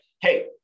hey